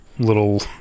little